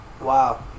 Wow